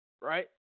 right